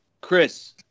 Chris